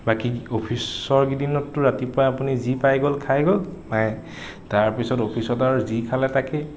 বাকী অফিচৰ কেইদিনতটো ৰাতিপুৱা আপুনি যি পাই গ'ল খাই গ'ল তাৰপিছত অফিচত আৰু যি খালে তাকেই